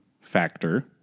factor